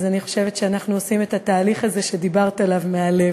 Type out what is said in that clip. אני חושבת שאנחנו עושים את התהליך הזה שדיברת עליו מהלב,